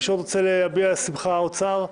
מישהו עוד רוצה להביע שמחה או צער?